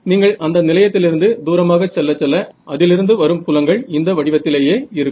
நீங்கள் அந்த நிலையத்திலிருந்து தூரமாக செல்ல செல்ல அதிலிருந்து வரும் புலங்கள் இந்த வடிவத்திலேயே இருக்கும்